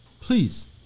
please